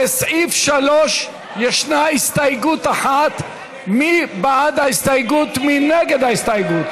לסעיף 3 ישנה הסתייגות אחת של חברי הכנסת אחמד טיבי,